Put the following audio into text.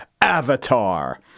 Avatar